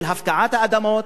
של הפקעת האדמות,